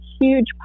huge